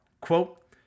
Quote